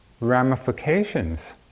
ramifications